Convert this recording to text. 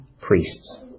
priests